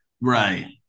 Right